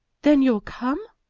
then you'll come?